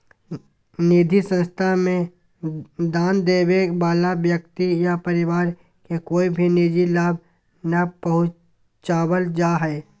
निधि संस्था मे दान देबे वला व्यक्ति या परिवार के कोय भी निजी लाभ नय पहुँचावल जा हय